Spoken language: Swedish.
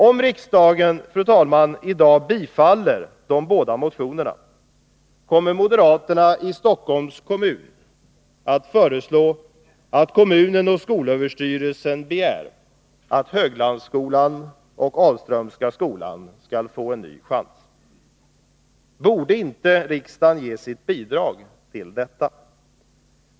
Om riksdagen, fru talman, i dag bifaller de båda motionerna, kommer moderaterna i Stockholms kommun att föreslå att kommunen hos skolöverstyrelsen begär att Höglandsskolan och Ahlströmska skolan skall få en ny chans. Borde inte riksdagen ge sitt bidrag till detta?